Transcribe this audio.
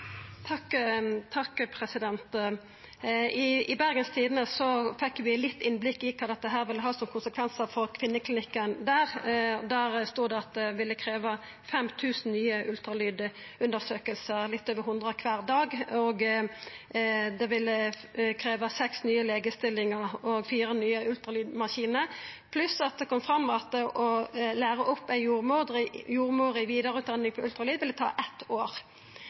I Bergens Tidende fekk vi litt innblikk i kva dette vil ha av konsekvensar for Kvinneklinikken. Der stod det at det ville krevja 5 000 nye ultralydundersøkingar, litt over 100 kvar dag, 6 nye legestillingar og 4 nye ultralydmaskinar, pluss at det kom fram at å læra opp ei jordmor og gi ho vidareutdanning i bruk av ultralyd ville ta eitt år.